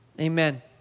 Amen